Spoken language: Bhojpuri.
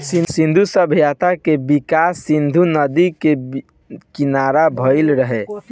सिंधु सभ्यता के विकास सिंधु नदी के किनारा भईल रहे